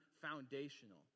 foundational